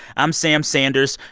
i'm sam sanders,